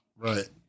Right